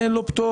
שאין לו פטור,